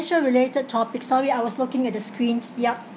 financial related topic sorry I was looking at the screen yup